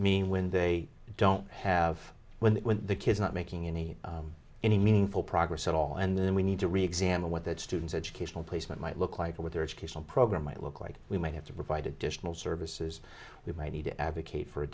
me when they don't have when the kid's not making any any meaningful progress at all and then we need to re examine what that student's educational placement might look like what their educational program might look like we may have to provide additional services we might need to advocate for a